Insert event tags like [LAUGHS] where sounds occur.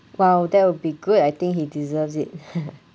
!wow! that will be good I think he deserves it [LAUGHS]